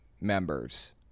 members